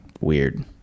weird